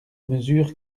mesure